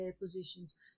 positions